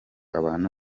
abantu